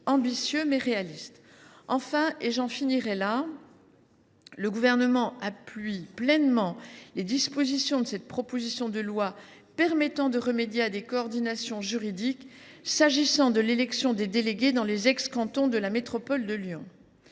ambitieux, mais réaliste. Enfin, le Gouvernement appuie pleinement les dispositions de cette proposition de loi permettant de réaliser des coordinations juridiques s’agissant de l’élection des délégués dans les anciens cantons de la métropole de Lyon.